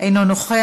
אינו נוכח,